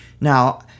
Now